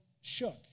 shook